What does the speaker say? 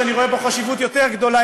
שאני רואה בו חשיבות יותר גדולה,